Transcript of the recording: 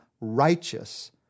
righteous